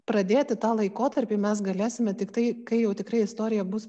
pradėti tą laikotarpį mes galėsime tiktai kai jau tikrai istorija bus